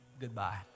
Goodbye